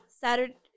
Saturday